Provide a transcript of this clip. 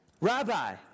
Rabbi